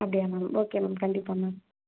அப்படியா ma'am okay ma'am கண்டிப்பாக ma'am